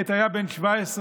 עת היה בן 17,